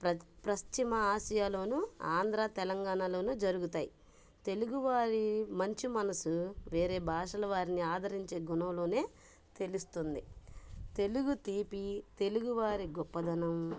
పశ్చిమ ఆసియాలోనూ ఆంధ్ర తెలంగాణలోనూ జరుగుతాయి తెలుగువారి మంచి మనస్సు వేరే భాషల వారిని ఆదరించే గుణంలోనే తెలుస్తుంది తెలుగు తీపి తెలుగువారి గొప్పదనం